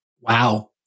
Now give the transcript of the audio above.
Wow